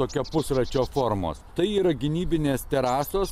tokia pusračio formos tai yra gynybinės terasos